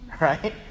right